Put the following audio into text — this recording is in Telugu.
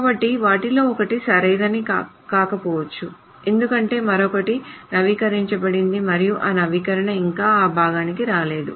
కాబట్టి వాటిలో ఒకటి సరైనది కాకపోవచ్చు ఎందుకంటే మరొకటి నవీకరించబడింది మరియు ఆ నవీకరణ ఇంకా ఈ భాగానికి రాలేదు